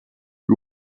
you